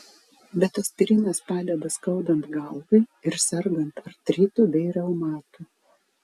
bet aspirinas padeda skaudant galvai ir sergant artritu bei reumatu